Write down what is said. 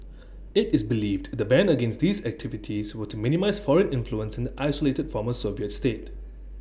IT is believed the ban against these activities were to minimise foreign influence in the isolated former Soviet state